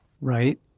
Right